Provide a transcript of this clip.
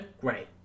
great